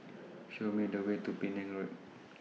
Show Me The Way to Penang Road